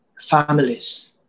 families